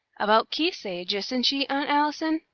about keith's age, isn't she, aunt allison?